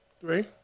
Three